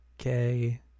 okay